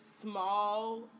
small